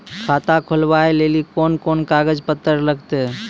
खाता खोलबाबय लेली कोंन कोंन कागज पत्तर लगतै?